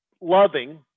loving